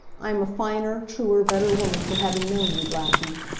i am a finer, truer, better woman for having known you, blackie.